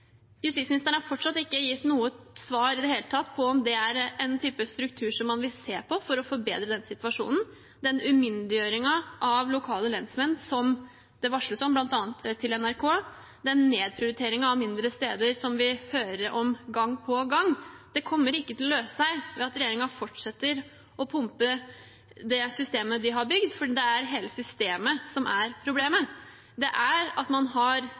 Justisministeren har fortsatt ikke gitt noe svar i det hele tatt på om det er en type struktur som man vil se på for å forbedre denne situasjonen, den umyndiggjøringen av lokale lensmenn som det varsles om, bl.a. til NRK, den nedprioriteringen av mindre steder som vi hører om gang på gang. Det kommer ikke til å løse seg ved at regjeringen fortsetter å pumpe det systemet de har bygd, for det er hele systemet som er problemet, at man har